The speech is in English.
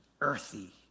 earthy